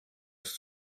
bis